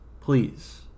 Please